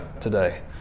today